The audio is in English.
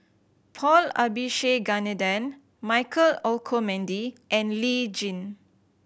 Paul Abisheganaden Michael Olcomendy and Lee Tjin